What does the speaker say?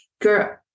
Girl